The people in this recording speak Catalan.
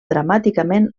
dramàticament